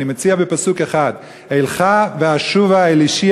אני מציע בפסוק אחד: "אלכה ואשובה אל אישי